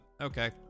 okay